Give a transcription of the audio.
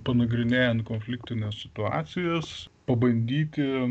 panagrinėjant konfliktines situacijas pabandyti